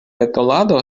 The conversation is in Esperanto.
petolado